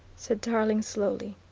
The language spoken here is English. said tarling slowly,